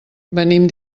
venim